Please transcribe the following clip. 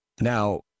Now